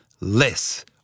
less